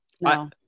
no